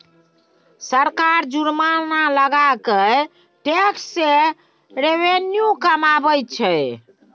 सरकार जुर्माना लगा कय टैक्स सँ रेवेन्यू कमाबैत छै